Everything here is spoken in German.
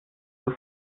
zur